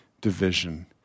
division